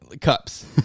cups